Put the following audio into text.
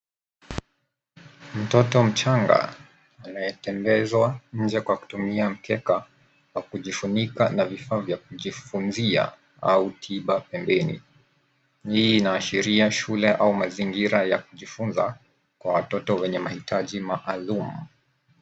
Mtoto mchanga anayetembezwa nje kwa kutumia mkeka, wa kujifunika na vifaa vya kujifunzia au tiba pembeni. Hii inaashiria shule au mazingira ya kujifunza kwa watoto wenye mahitaji maalum.